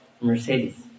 Mercedes